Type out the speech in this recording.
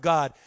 God